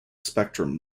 spectrum